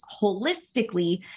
holistically